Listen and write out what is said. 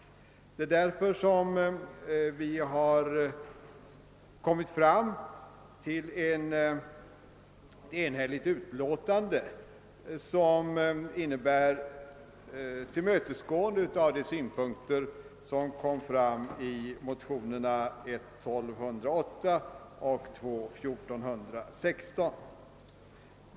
Det är därför vi har kommit fram till ett enhälligt utlåtande som till stor del innebär att vi tillmötesgår de synpunkter som framfördes i motionerna I: 1208 och II: 1416.